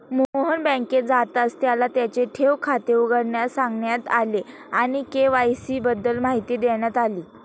मोहन बँकेत जाताच त्याला त्याचे ठेव खाते उघडण्यास सांगण्यात आले आणि के.वाय.सी बद्दल माहिती देण्यात आली